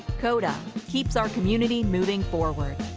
cota keeps our community moving forward.